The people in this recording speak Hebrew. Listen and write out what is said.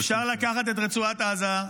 אפשר לקחת את רצועת עזה,